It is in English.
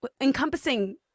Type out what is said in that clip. encompassing